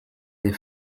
des